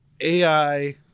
AI